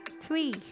three